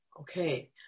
Okay